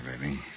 baby